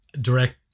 direct